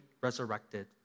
resurrected